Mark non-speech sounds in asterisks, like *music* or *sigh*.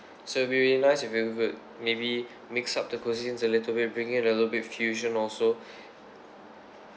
so it would be really nice if you would maybe mix up the cuisines a little bit bring in a little bit fusion also *breath*